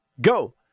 go